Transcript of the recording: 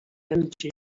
energy